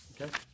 okay